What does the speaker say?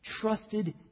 trusted